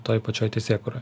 toj pačioj teisėkūroj